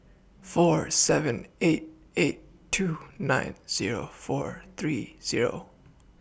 four seven eight eight two nine Zero four three Zero